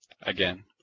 again